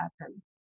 happen